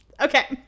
Okay